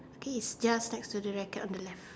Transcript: okay just next to the racket on the left